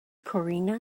corrina